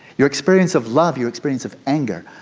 your experience of love, your experience of anger,